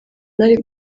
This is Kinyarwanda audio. nari